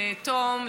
לתום,